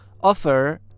offer